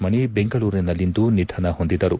ಮಣಿ ಬೆಂಗಳೂರಿನಲ್ಲಿಂದು ನಿಧನ ಹೊಂದಿದರು